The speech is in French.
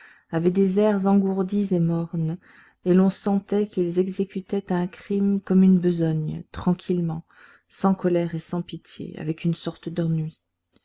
avaient des airs engourdis et mornes et l'on sentait qu'ils exécutaient un crime comme une besogne tranquillement sans colère et sans pitié avec une sorte d'ennui